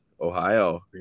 Ohio